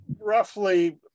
roughly